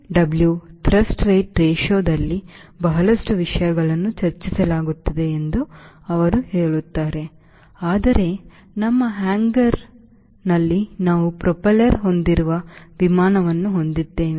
TW thrust weight ratioದಲ್ಲಿ ಬಹಳಷ್ಟು ವಿಷಯಗಳನ್ನು ಚರ್ಚಿಸಲಾಗುತ್ತಿದೆ ಎಂದು ಅವರು ಹೇಳುತ್ತಾರೆ ಆದರೆ ನಮ್ಮ ಹ್ಯಾಂಗರ್ ನಾವು ಪ್ರೊಪೆಲ್ಲರ್ ಹೊಂದಿರುವ ವಿಮಾನವನ್ನು ಹೊಂದಿದ್ದೇವೆ